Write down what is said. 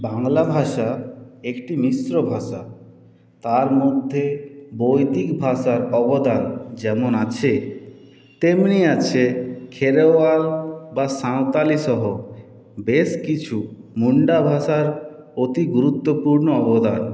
বাংলা ভাষা একটি মিশ্র ভাষা তার মধ্যে বৈদিক ভাষার অবদান যেমন আছে তেমনি আছে খেরোয়াল বা সাঁওতালি সহ বেশ কিছু মুন্ডা ভাষার অতি গুরুত্বপূর্ণ অবদান